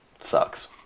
Sucks